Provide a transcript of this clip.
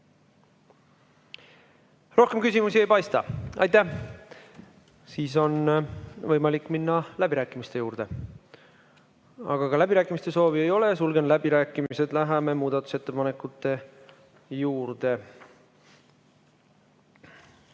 Rohkem küsimusi ei paista. Siis on võimalik minna läbirääkimiste juurde. Aga ka läbirääkimiste soovi ei ole. Sulgen läbirääkimised. Läheme muudatusettepanekute juurde.